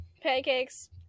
pancakes